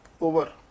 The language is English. over